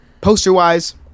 Poster-wise